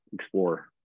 explorer